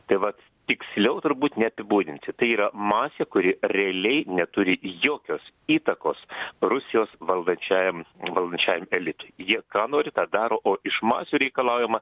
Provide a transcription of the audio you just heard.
tai vat tiksliau turbūt neapibūdinsi tai yra masė kuri realiai neturi jokios įtakos rusijos valdančiajam valdančiajam elitui jie ką nori tą daro o iš masių reikalaujama